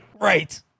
Right